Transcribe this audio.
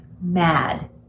mad